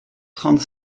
trente